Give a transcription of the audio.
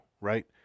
right